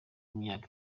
myaka